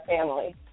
family